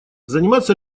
заниматься